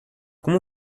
como